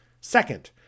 Second